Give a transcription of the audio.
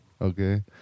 Okay